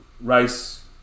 Rice